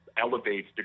elevates